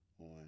on